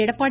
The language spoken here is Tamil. எடப்பாடி